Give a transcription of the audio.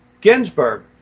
Ginsburg